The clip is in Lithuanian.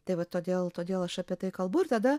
tai vat todėl todėl aš apie tai kalbu ir tada